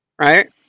Right